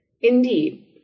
Indeed